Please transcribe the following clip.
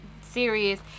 serious